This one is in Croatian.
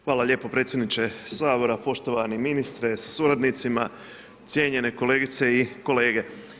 Hvala lijepo predsjedniče Sabora, poštovani ministre sa suradnicima, cijenjeni kolegice i kolege.